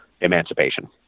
emancipation